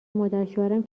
مادرشوهرم